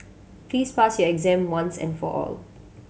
please pass your exam once and for all